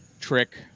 trick